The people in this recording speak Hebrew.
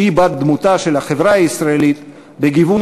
שהיא בת-דמותה של החברה הישראלית בגיוון